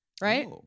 Right